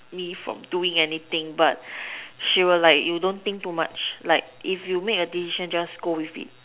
me from doing anything but she will like you don't think too much like if you make a decision just go with it